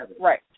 Right